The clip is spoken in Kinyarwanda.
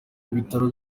ibitaro